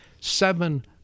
seven